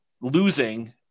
losing